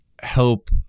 help